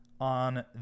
on